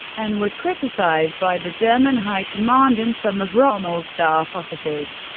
and was criticised by the german high command and some of rommel's staff officers.